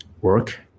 work